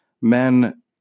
men